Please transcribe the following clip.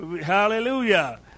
Hallelujah